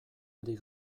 ari